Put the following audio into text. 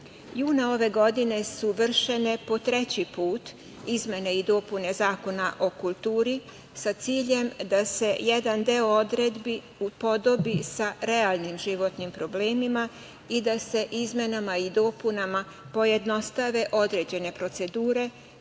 ove godine su vršene po treći put izmene i dopune Zakona o kulturi, sa ciljem da se jedan deo odredbi upodobi sa realnim životnim problemima i da se izmenama i dopunama pojednostave određene procedure